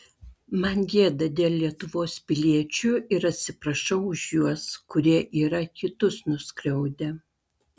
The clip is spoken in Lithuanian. man gėda dėl lietuvos piliečių ir atsiprašau už juos kurie yra kitus nuskriaudę